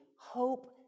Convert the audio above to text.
HOPE